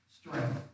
strength